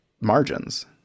margins